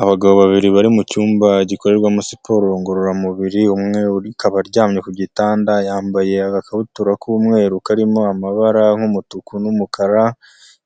Abagabo babiri bari mu cyumba gikorerwamo siporo ngororamubiri, umwe akaba aryamye ku gitanda, yambaye agakabutura k'umweru karimo amabara nk'umutuku n'umukara,